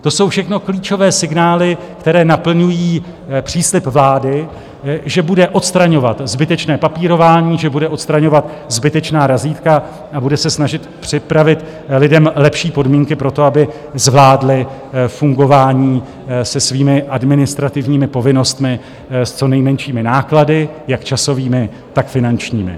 To jsou všechno klíčové signály, které naplňují příslib vlády, že bude odstraňovat zbytečné papírování, že bude odstraňovat zbytečná razítka a bude se snažit připravit lidem lepší podmínky pro to, aby zvládli fungování se svými administrativními povinnostmi s co nejmenšími náklady jak časovými, tak finančními.